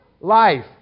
life